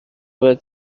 بهت